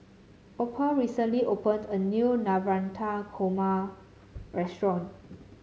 Opal recently opened a new Navratan Korma restaurant